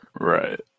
Right